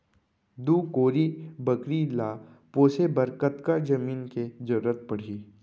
दू कोरी बकरी ला पोसे बर कतका जमीन के जरूरत पढही?